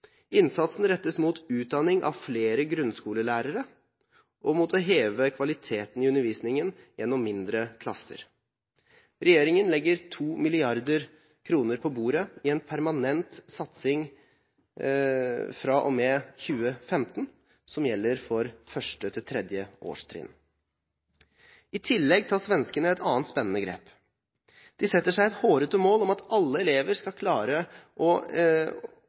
Innsatsen rettes mot utdanning av flere grunnskolelærere og mot å heve kvaliteten i undervisningen gjennom mindre klasser. Regjeringen legger 2 mrd. kr på bordet til en permanent satsing fra og med 2015, som gjelder for 1. til 3. årstrinn. I tillegg tar svenskene et annet spennende grep. De setter seg et hårete mål om at alle elever skal klare å lese og